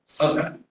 Okay